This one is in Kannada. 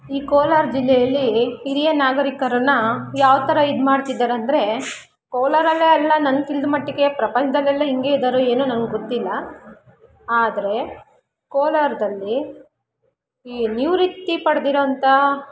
ಈ ಕೋಲಾರ ಜಿಲ್ಲೆಯಲ್ಲಿ ಹಿರಿಯ ನಾಗರೀಕರನ್ನು ಯಾವ ಥರ ಇದ್ಮಾಡ್ತಿದ್ದಾರೆಂದ್ರೆ ಕೋಲಾರವೇ ಅಲ್ಲ ನನ್ಗೆ ತಿಳಿದ ಮಟ್ಟಿಗೆ ಪ್ರಪಂಚದಲ್ಲೆಲ್ಲ ಹಿಂಗೆ ಇದ್ದಾರೋ ಏನೋ ನನಗ್ಗೊತ್ತಿಲ್ಲ ಆದರೆ ಕೋಲಾರದಲ್ಲಿ ಈ ನಿವೃತ್ತಿ ಪಡೆದಿರೋಂಥ